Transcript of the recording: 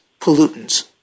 pollutants